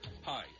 Hi